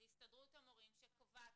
זה הסתדרות המורים שקובעת,